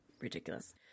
ridiculous